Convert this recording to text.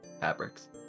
fabrics